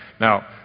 now